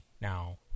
now